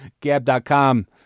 Gab.com